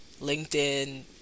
linkedin